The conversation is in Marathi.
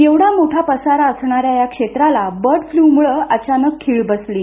एवढा मोठा पसारा असणाऱ्या या क्षेत्राला बर्ड फ्लू मुळे अचानक खीळ बसली आहे